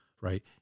right